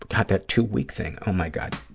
god, that two-week thing, oh, my god.